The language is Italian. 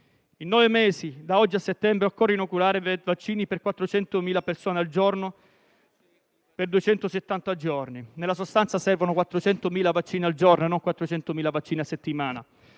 In nove mesi, da oggi a settembre, occorre inoculare vaccini a 400.000 persone al giorno per duecentosettanta giorni. In sostanza, servono 400.000 vaccini al giorno e non 400.000 vaccini a settimana.